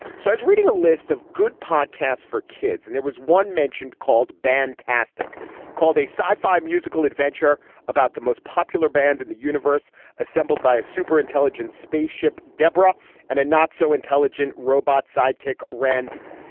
so i was reading a list of good podcasts for kids and there was one mentioned called band tastic called a sci fi musical adventure about the most popular band in the universe assembled by a superintelligence spaceship, deborah and a not so intelligent robot sidekick, randy.